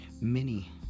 mini